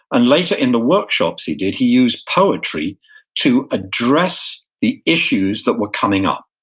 and later in the workshops he did, he used poetry to address the issues that were coming up.